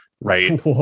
right